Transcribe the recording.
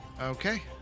Okay